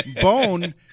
Bone